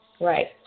Right